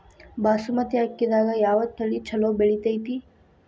ಬಾಸುಮತಿ ಅಕ್ಕಿದಾಗ ಯಾವ ತಳಿ ಛಲೋ ಬೆಳಿತೈತಿ?